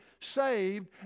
saved